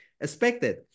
expected